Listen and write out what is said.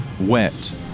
wet